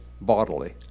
bodily